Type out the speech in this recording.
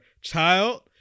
child